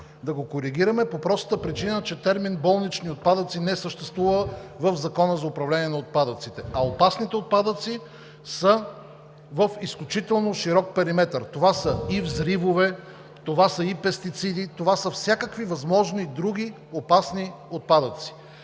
да коригираме текста по-простата причина, че терминът „болнични отпадъци“ не съществува в Закона за управление на отпадъците, а опасните отпадъци са в изключително широк периметър. Това са и взривове, и пестициди, и всякакви възможни други опасни отпадъци.